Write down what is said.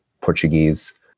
portuguese